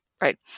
Right